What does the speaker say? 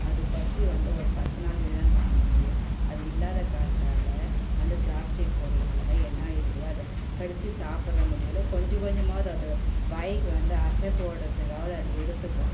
அது பசி வந்து ஒரு பத்து நாளுக்கு தான் தாங்க முடியும் அது இல்லாத காலத்தால் அந்த ப்ளாஸ்டிக் பொருளுங்கள தான் என்ன இருக்குதோ அதை கடிச்சி சாப்புற்ற முடிவில் கொஞ்ச கொஞ்சமாவது வாய்க்கு வந்து அசை போடுறதுக்காவது அது எடுத்துக்கும்